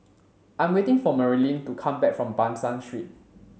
I'm waiting for Marylin to come back from Ban San Street